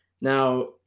Now